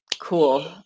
cool